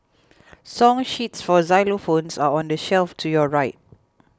song sheets for xylophones are on the shelf to your right